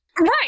Right